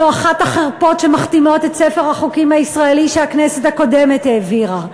זו אחת החרפות שמכתימות את ספר החוקים הישראלי שהכנסת הקודמת העבירה.